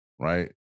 right